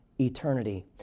eternity